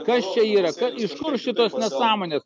kas čia yra iš kur šitos nesąmonės